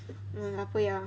mm 我不要